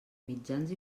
mitjans